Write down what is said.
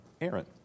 Aaron